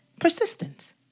Persistence